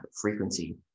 frequency